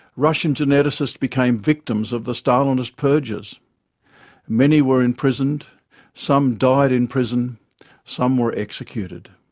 russian geneticists became victims of the stalinist purges many were imprisoned some died in prison some were executed.